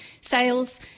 sales